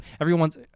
Everyone's